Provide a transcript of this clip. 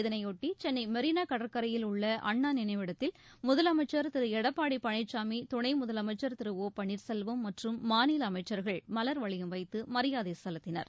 இதனையொட்டி சென்னை மெரினா கடற்கரையில் உள்ள அண்ணா நினைவிடத்தில் முதலமைச்சர் திரு எடப்பாடி பழனிசாமி துணை முதலமைச்சர் திரு ஒ பன்னீர்செல்வம் மற்றும் மாநில அமைச்சர்கள் மலர்வளையம் வைத்து மரியாதை செலுத்தினர்